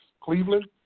Cleveland